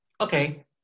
Okay